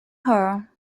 her